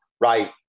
right